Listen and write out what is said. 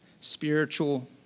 spiritual